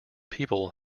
people